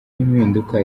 impinduka